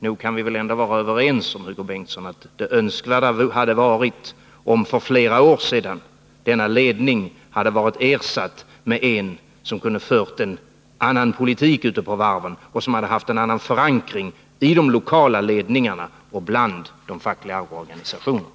Nog kan vi ändå vara överens om, Hugo Bengtsson, att det önskvärda hade varit om för flera år sedan denna ledning varit ersatt med en som kunde fört en annan politik ute på varven och haft en annan förankring i de lokala ledningarna och bland de fackliga organisationerna.